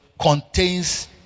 contains